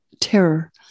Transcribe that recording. terror